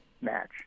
match